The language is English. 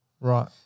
Right